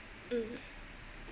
mm